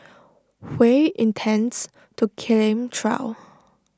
Hui intends to claim trial